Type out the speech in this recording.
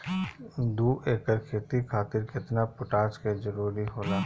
दु एकड़ खेती खातिर केतना पोटाश के जरूरी होला?